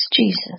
Jesus